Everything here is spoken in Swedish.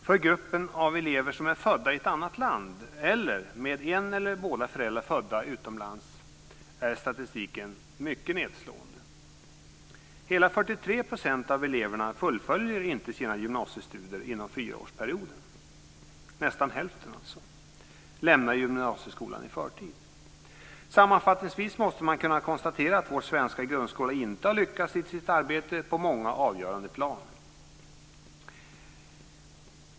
För gruppen av elever som är födda i ett annat land eller med en eller båda föräldrar födda utomlands är statistiken mycket nedslående. Hela 43 % av eleverna fullföljer inte sina gymnasiestudier inom fyraårsperioden. Nästan hälften av dem lämnar alltså gymnasiet i förtid. Sammanfattningsvis måste man kunna konstatera att vår svenska grundskola inte har lyckats i sitt arbete på många avgörande plan.